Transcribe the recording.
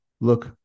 look